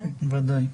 ודאי.